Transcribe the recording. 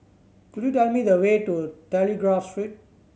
could you tell me the way to Telegraph Street